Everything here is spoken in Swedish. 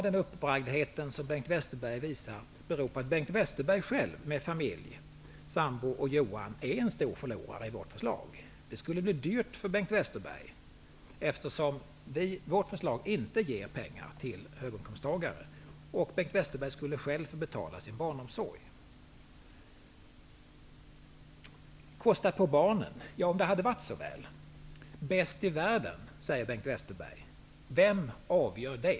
Den uppbragthet som Bengt Westerberg visar, tror jag snarare beror på att han själv, med fa milj -- sambo och Johan -- är en stor förlorare, med vårt förslag. Det skulle bli dyrt för Bengt Wester berg, eftersom vårt förslag inte betyder pengar till höginkomsttagare. Bengt Westerberg skulle näm ligen själv få betala sin barnomsorg. Kosta på barnen! -- om det hade varit så väl. Bäst i världen! Så säger Bengt Westerberg. Vem avgör det?